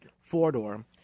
four-door